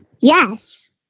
yes